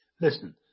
Listen